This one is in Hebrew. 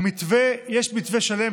יש מתווה שלם,